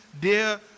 dear